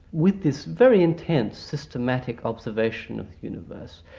with this very intense systematic observation of the universe,